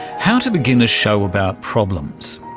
how to begin a show about problems,